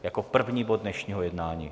Jako první bod dnešního jednání.